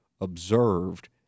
observed